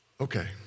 Okay